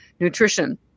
nutrition